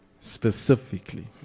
specifically